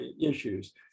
issues